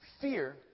fear